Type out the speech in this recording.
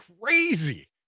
crazy